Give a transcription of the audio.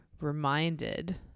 reminded